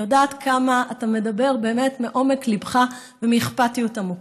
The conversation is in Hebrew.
אני יודעת כמה אתה מדבר באמת מעומק ליבך ומאכפתיות עמוקה.